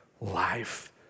life